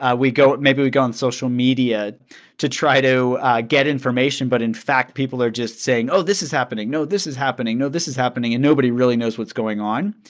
ah we go maybe we go on social media to try to get information. but in fact, people are just saying, oh this is happening no, this is happening no this is happening, and nobody really knows what's going on,